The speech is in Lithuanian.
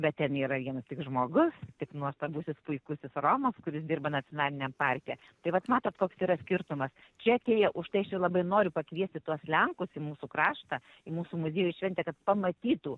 bet ten yra vienas tik žmogus tik nuostabusis puikusis romas kuris dirba nacionaliniam parke tai vat matote koks yra skirtumas čia atėję užtai aš ir labai noriu pakviesti tuos lenkus į mūsų kraštą į mūsų muziejų šventę kad pamatytų